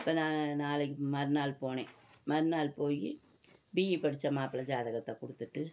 அப்புறம் நான் நாளைக்கு மறுநாள் போனேன் மறுநாள் போய் பிஇ படித்த மாப்பிளை ஜாதகத்தை கொடுத்துட்டு